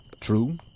True